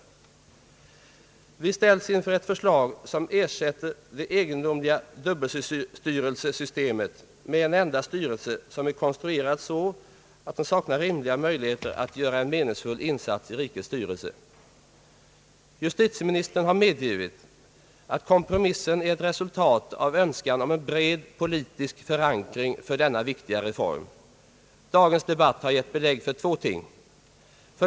Vi ställs inför ett förslag som ersätter det egendomliga dubbelstyrelsesystemet med en enda styrelse, som är konstruerad så att den saknar rimliga möjligheter att göra en insats i rikets styrelse. Justitieministern har medgivit, att kompromissen är ett resultat av en önskan om en bred politisk förankring för denna viktiga reform. Dagens debatt har gett belägg för två ting.